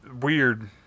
weird